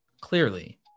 clearly